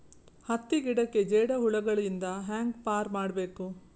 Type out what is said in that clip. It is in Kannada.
ಹತ್ತಿ ಗಿಡಕ್ಕೆ ಜೇಡ ಹುಳಗಳು ಇಂದ ಹ್ಯಾಂಗ್ ಪಾರ್ ಮಾಡಬೇಕು?